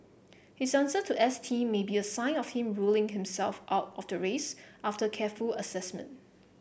his answer to S T may be a sign of him ruling himself out of the race after careful assessment